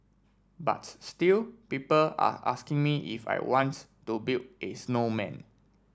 but still people are asking me if I want to build a snowman